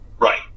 right